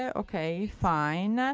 ok, fine.